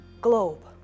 globe